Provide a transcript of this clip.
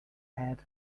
head